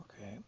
Okay